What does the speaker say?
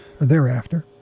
thereafter